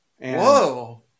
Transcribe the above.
Whoa